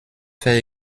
faire